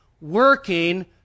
working